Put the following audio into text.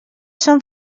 són